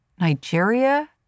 Nigeria